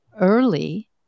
early